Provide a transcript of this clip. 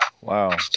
Wow